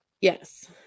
Yes